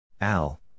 Al